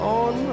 on